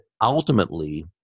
ultimately